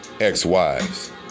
ex-wives